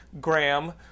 Graham